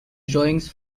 drawings